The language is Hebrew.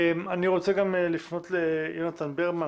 אני רוצה גם לפנות ליונתן ברמן,